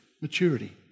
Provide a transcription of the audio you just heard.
maturity